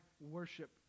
worship